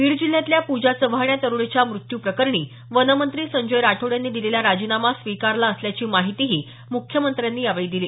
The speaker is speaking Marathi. बीड जिल्ह्यातल्या पूजा चव्हाण या तरुणीच्या मृत्यू प्रकरणी वनमंत्री संजय राठोड यांनी दिलेला राजीनामा स्वीकारला असल्याची माहितीही मुख्यमंत्र्यांनी यावेळी दिली